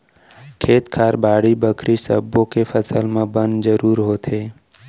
खेत खार, बाड़ी बखरी सब्बो के फसल म बन जरूर होथे